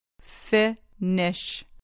Finish